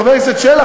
חבר הכנסת שלח,